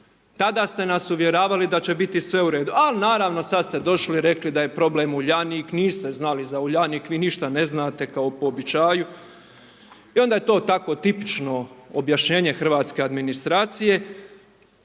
Tada ste nas uvjeravali da će biti sve u redu, al, naravno, sada ste došli i rekli da je problem Uljanik, niste znali za Uljanik, vi ništa ne znate, kao po običaju i onda je to tako tipično objašnjenje hrvatske administracije.